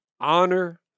honor